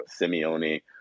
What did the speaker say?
Simeone